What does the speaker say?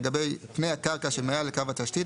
לגבי פני הקרקע שמעל לקו התשתית,